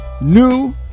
New